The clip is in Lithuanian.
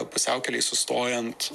pusiaukelėj sustojant